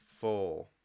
four